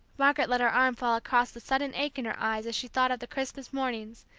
margaret let her arm fall across the sudden ache in her eyes as she thought of the christmas mornings,